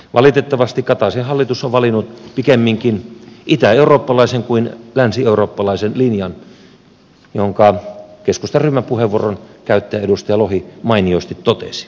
valitettavasti kataisen hallitus on valinnut pikemminkin itäeurooppalaisen kuin länsieurooppalaisen linjan minkä keskustan ryhmäpuheenvuoron käyttäjä edustaja lohi mainiosti totesi